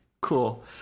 cool